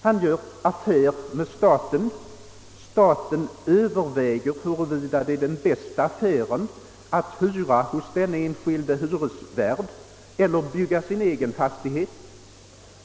Han gör affär med staten, och staten överväger huruvida det är den bästa affären att hyra hos denne enskilde hyresvärd eller att bygga en egen fastighet.